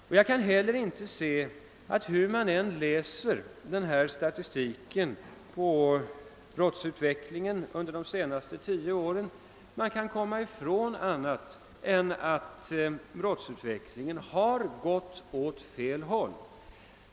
Jag kan inte heller finna — hur jag än läser statistiken över brottsutvecklingen under de senaste tio åren — att man kan komma ifrån att utvecklingen har gått åt fel håll.